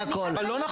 זה הכול.